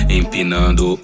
empinando